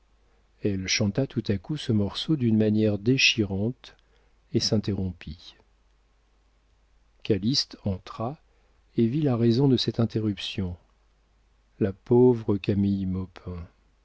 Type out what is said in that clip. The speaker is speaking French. elle chanta tout à coup ce morceau d'une manière déchirante et s'interrompit calyste entra et vit la raison de cette interruption la pauvre camille